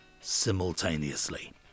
simultaneously